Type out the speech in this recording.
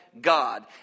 God